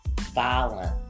Violence